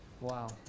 Wow